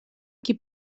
qui